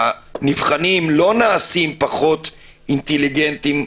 שהנבחנים לא נעשים פחות אינטליגנטיים,